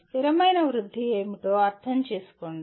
స్థిరమైన వృద్ధి ఏమిటో అర్థం చేసుకోండి